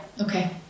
Okay